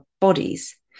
bodies